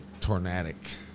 tornadic